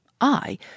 I